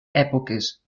èpoques